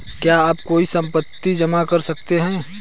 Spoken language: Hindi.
क्या आप कोई संपार्श्विक जमा कर सकते हैं?